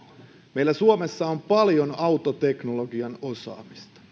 meillä suomessa on paljon autoteknologian osaamista